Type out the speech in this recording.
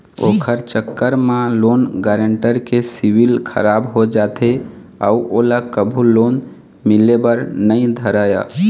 ओखर चक्कर म लोन गारेंटर के सिविल खराब हो जाथे अउ ओला कभू लोन मिले बर नइ धरय